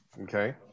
Okay